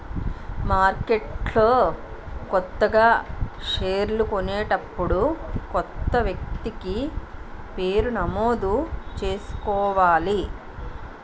మార్కెట్లో కొత్తగా షేర్లు కొనేటప్పుడు కొత్త వ్యక్తి పేరు నమోదు చేసుకోవాలి